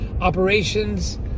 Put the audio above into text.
operations